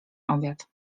obiad